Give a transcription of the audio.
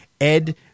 Ed